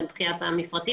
על סמך מה את אומרת את זה?